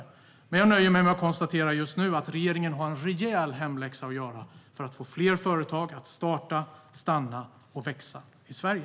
Jag nöjer mig just nu med att konstatera att regeringen har en rejäl hemläxa att göra för att få fler företag att starta, stanna och växa i Sverige.